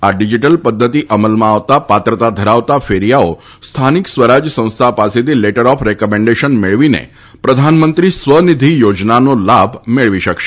આ ડીજીટલ પધ્ધતિ અમલમાં આવતા પાત્રતા ધરાવતા ફેરીયાઓ સ્થાનિક સ્વરાજ સંસ્થા પાસેથી લેટર ઓફ રેકમેન્ડેશન મેળવીને પ્રધાનમંત્રી સ્વ નિધિ યોજનાનો લાભ મેળવી શકશે